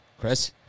Chris